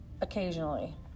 occasionally